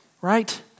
right